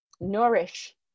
nourish